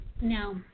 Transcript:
Now